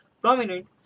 prominent